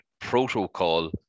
protocol